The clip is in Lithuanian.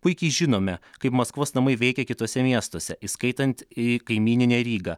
puikiai žinome kaip maskvos namai veikia kituose miestuose įskaitant ir kaimyninę rygą